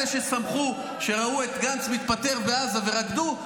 אלה ששמחו כשראו את גנץ מתפטר בעזה ורקדו,